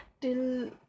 till